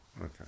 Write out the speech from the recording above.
okay